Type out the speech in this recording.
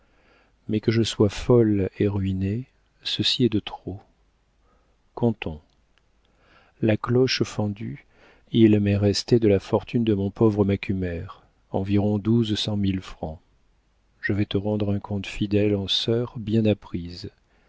mais que je sois folle et ruinée ceci est de trop comptons la cloche fondue il m'est resté de la fortune de mon pauvre macumer environ douze cent mille francs je vais te rendre un compte fidèle en sœur bien